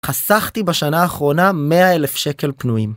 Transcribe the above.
חסכתי בשנה האחרונה 100,000 שקל פנויים.